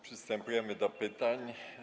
Przystępujemy do pytań.